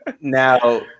Now